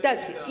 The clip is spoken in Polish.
Tak.